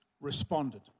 responded